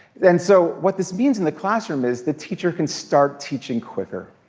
and so what this means in the classroom is the teacher can start teaching quicker.